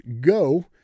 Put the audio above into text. go